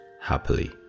happily